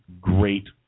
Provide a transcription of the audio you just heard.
great